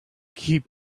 keep